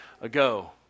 ago